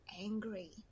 angry